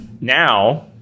now